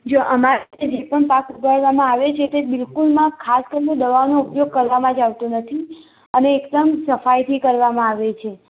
જો અમારે જે પણ પાક ઉગાડવામાં આવે છે તે બિલકુલમાં ખાસ કરીને દવાનો ઉપયોગ કરવામાં જ આવતો નથી અને એકદમ સફાઈથી કરવામાં આવે છે